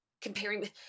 comparing